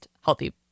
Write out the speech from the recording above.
healthy